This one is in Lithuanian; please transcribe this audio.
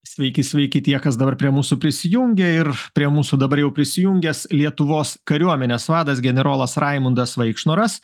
sveiki sveiki tie kas dabar prie mūsų prisijungė ir prie mūsų dabar jau prisijungęs lietuvos kariuomenės vadas generolas raimundas vaikšnoras